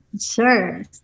Sure